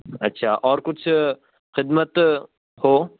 اچھا اور کچھ خدمت ہو